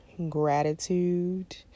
gratitude